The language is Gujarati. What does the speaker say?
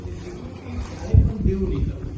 અને બીજું કે ક્યારેય પણ દેવું નહીં કરું